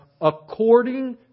according